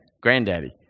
granddaddy